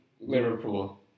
Liverpool